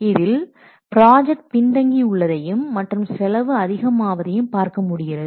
இதில் ப்ராஜெக்ட் பின்தங்கி உள்ளதையும் மற்றும் செலவு அதிகம் ஆவதை பார்க்க முடிகிறது